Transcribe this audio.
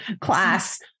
class